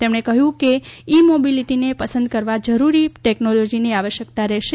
તેમણે કહ્યું કે ઇ મોબિલીટીને પસંદ કરવા જરૂરી ટેકનોલોજીની આવશ્યકતા રહેશે